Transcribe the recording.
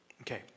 Okay